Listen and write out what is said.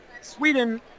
sweden